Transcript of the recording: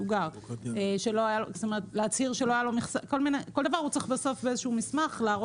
כל דבר הוא צריך להוכיח באיזשהו מסמך.